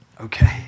Okay